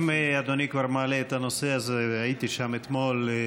אם אדוני כבר מעלה את הנושא הזה, והייתי שם אתמול,